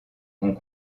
ont